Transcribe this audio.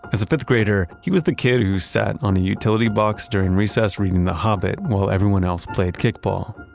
as a fifth grader, he was the kid who sat on a utility box during recess reading the hobbit while everyone else played kickball.